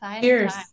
Cheers